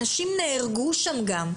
אנשים גם נהרגו שם.